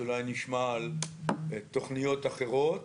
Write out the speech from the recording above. אולי נשמע על תוכניות אחרות